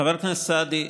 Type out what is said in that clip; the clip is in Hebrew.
חבר הכנסת סעדי,